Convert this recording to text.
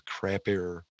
crappier